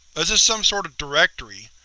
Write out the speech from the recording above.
this is some sort of directory.